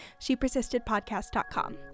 ShePersistedPodcast.com